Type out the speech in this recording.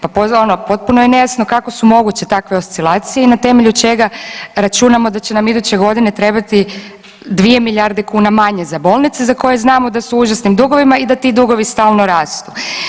Potpuno je nejasno kako su moguće takve oscilacije i na temelju čega računamo da će nam iduće godine trebati 2 milijarde kuna manje za bolnice za koje znamo da su u užasnim dugovima i da ti dugovi stalno rastu.